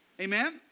Amen